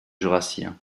jurassien